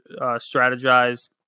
strategize